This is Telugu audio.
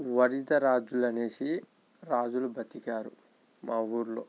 వరిజ రాజులు అనేసి రాజులు బ్రతికారు మా ఊళ్ళో